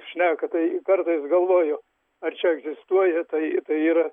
šneka tai kartais galvoju ar čia egzistuoja tai tai yra